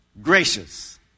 Gracious